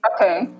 Okay